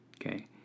okay